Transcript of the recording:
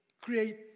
create